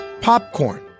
popcorn